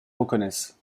reconnaissent